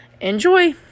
enjoy